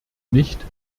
nicht